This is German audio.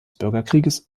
bürgerkrieges